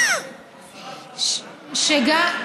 שאלה.